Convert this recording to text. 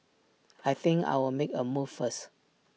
I think I'll make A move first